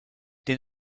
den